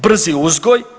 Brzi uzgoj.